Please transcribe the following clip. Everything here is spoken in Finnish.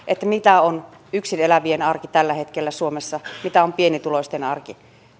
mitä on yksin elävien arki tällä hetkellä suomessa mitä on pienituloisten arki